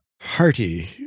hearty